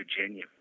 Virginia